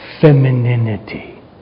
femininity